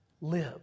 Live